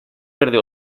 verde